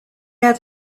had